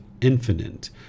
infinite